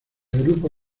grupo